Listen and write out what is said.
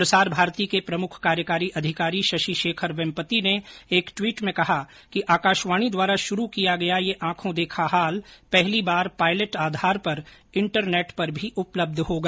प्रसार भारती के प्रमुख कार्यकारी अधिकारी शशि शेखर वेमपति ने एक ट्वीट में कहा कि आकाशवाणी द्वारा शुरू किया गया यह आंखों देखा हाल पहली बार पायलट आधार पर इंटरनेट पर भी उपलब्ध होगा